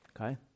Okay